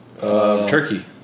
Turkey